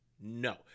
No